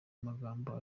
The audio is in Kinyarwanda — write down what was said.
amagambo